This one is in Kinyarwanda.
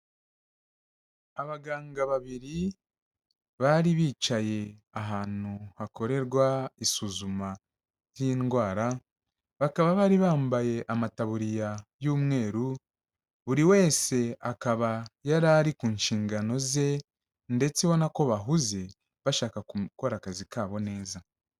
Abaganga babiri bari bicaye ahantu hakorerwa isuzuma ry'indwara bakaba bari bambaye amataburiya y'umweru, buri wese akaba yari ari ku nshingano ze ndetse ubona na ko bahuze bashaka gukora akazi ka bo neza.